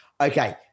Okay